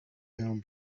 him